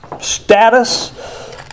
status